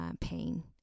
pain